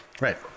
Right